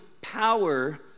power